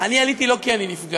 אני עליתי לא כי אני נפגעתי,